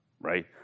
right